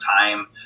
time